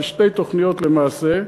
זה שתי תוכניות למעשה,